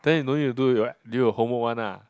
then you no need to do your do your homework one ah